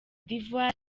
d’ivoire